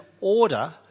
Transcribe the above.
order